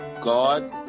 God